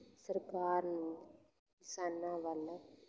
ਸਰਕਾਰ ਨੂੰ ਕਿਸਾਨਾਂ ਵੱਲ